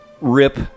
rip